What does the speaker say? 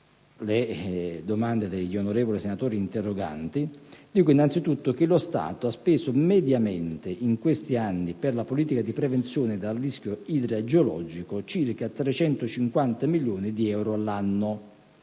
le domande degli onorevoli senatori interroganti. Dico innanzitutto che lo Stato ha speso mediamente in questi anni, per la politica di prevenzione dal rischio idrogeologico, circa 350 milioni di euro l'anno